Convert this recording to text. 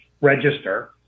register